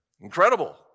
Incredible